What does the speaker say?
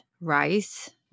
rice